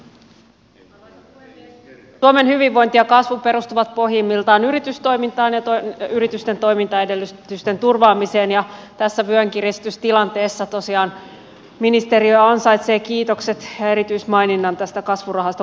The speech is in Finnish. suomen hyvinvointi ja kasvu perustuvat pohjimmiltaan yritystoimintaan ja yritysten toimintaedellytysten turvaamiseen ja tässä vyönkiristystilanteessa tosiaan ministeriö ansaitsee kiitokset ja erityismaininnan tästä kasvurahasto kakkosesta